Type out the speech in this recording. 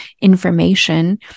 information